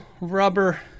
rubber